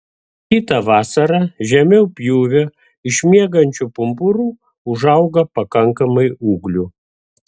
kitą vasarą žemiau pjūvio iš miegančių pumpurų užauga pakankamai ūglių